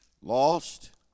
lost